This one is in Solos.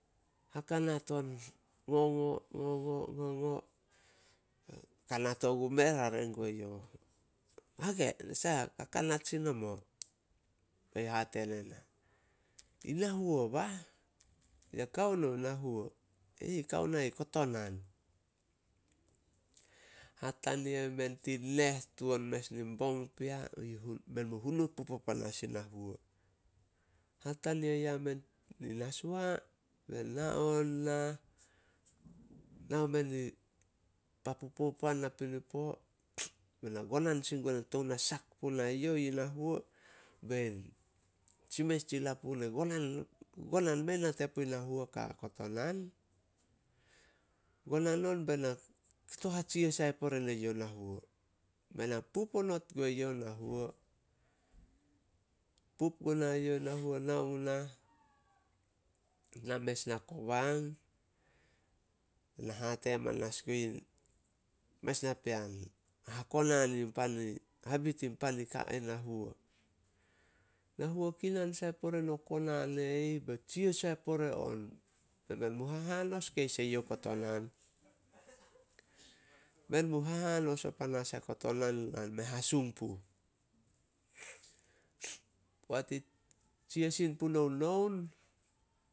Hakanat on, ngongo- ngongo- ngongo. Kanat ogu meh, rare gue, "Hage nasah hakant sin nomo?" Be youh hate ne na, "In na huo bah." "Ya kao nouh na huo?" "E ih, kao na ih kotonan." Hatania i men tin neh tuan mes nin bong pea, men mu hunuo pup o panas in na huo. Hatania yamen Nashoa, be na on, nah, nao men i papu popoan napinipo, be na gonan sin gue tou na sak punai yuh i na huo, bein tsi mes tsi lapun e gonan, gonan mei nate puh na huo ka ai kotonan. Gonan on be na kato hatsia sai pore nin na huo. Be na pupu onot gue youh na huo. Pup gunai youh na huo, nao mu nah. Na mes nah Kovang, be na hate manas guin mes napean, habit in pan ka ai na huo. Na huo kinan sai pore no konan e ih be tsia on. Be men mu. Men mu hahanos o panas ai kotonan a me hasung puh. Poat i tsia sin punouh noun,